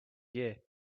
year